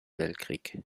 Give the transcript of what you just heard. weltkrieg